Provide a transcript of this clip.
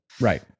right